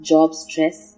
Job-stress